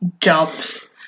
jobs